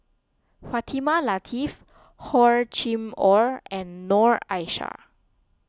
Fatimah Lateef Hor Chim or and Noor Aishah